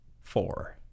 four